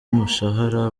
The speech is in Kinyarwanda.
umushahara